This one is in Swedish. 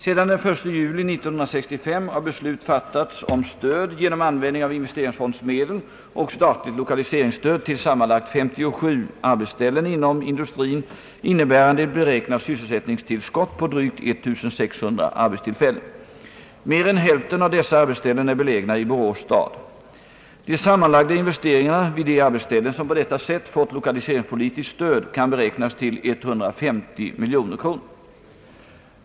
Sedan den 1 juli 1965 har beslut fattats om stöd genom användning av investeringsfondsmedel och statligt 1okaliseringsstöd till sammanlagt 57 arbetsställen inom industrin innebärande ett beräknat sysselsättningstillskott på drygt 1 600 arbetstillfällen. Mer än hälften av dessa arbetsställen är belägna i Borås” stad. De sammanlagda investeringarna vid de arbetsställen som på detta sätt fått lokaliseringspolitiskt stöd kan beräknas till 150 milj.kr.